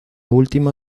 última